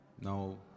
No